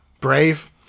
Brave